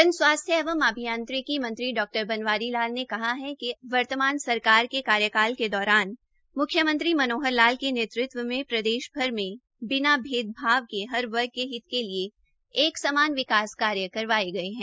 जन स्वास्थ्य एवं अभियांत्रिकी मंत्री डा बनवारी लाल ने कहा कि वर्तमान सरकार के कार्यकाल के दौरान मुख्यमंत्री मनोहर लाल ने नेतृत्व में प्रदेश भर में बिना भेदभाव के हर वर्ग के लिए एक समान विकास कार्य करवाये गये है